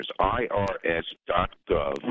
irs.gov